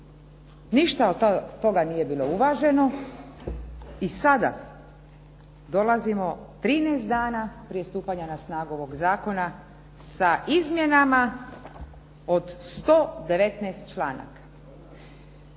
Ništa od toga nije bilo uvaženo i sada dolazimo 13 dana prije stupanja na snagu ovoga Zakona sa izmjenama od 119. članaka.